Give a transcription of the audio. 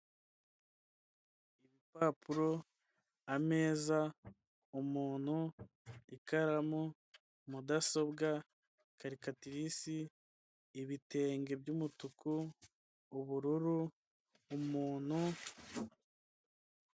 Urupapuro, ameza, umuntu, ikaramu, mudasobwa, karikatirisi, ibitenge by'umutuku, ubururu, umuntu